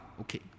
Okay